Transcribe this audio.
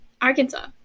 Arkansas